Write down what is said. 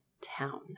town